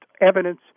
evidence